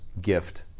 gift